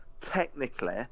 technically